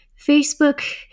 Facebook